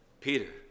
Peter